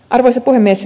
arvoisa puhemies